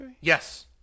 Yes